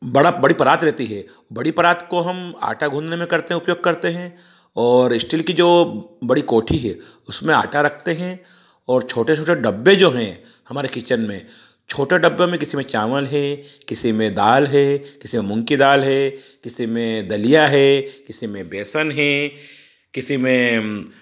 बड़ा बड़ी परात रहती है बड़ी परात को हम आटा घुनने में करते हैं उपयोग करते हैं और स्टील की जो बड़ी कोठी है उसमें आटा रखते हैं और छोटे छोटे डब्बे जो हैं हमारे किचन में छोटे डब्बे में किसी में चावल है किसी में दाल है किसी में मूंग की दाल है किसी में दलिया है किसी में बेसन है किसी में किसी में